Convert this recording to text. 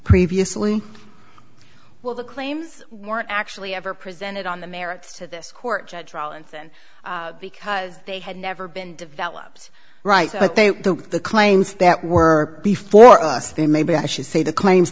previously will the claims weren't actually ever presented on the merits to this court judge rawlinson because they had never been developed right so they were the claims that were before us they maybe i should say the claims